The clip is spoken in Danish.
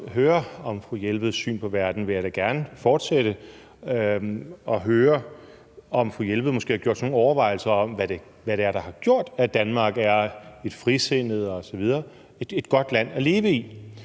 høre om fru Marianne Jelveds syn på verden, vil jeg da gerne fortsætte og høre, om fru Marianne Jelved måske har gjort sig nogle overvejelser om, hvad det er, der har gjort, at Danmark er et frisindet land og et godt land at leve i